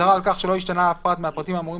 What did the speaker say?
הצהרה על כך שלא השתנה אף פרט מהפרטים האמורים